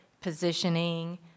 positioning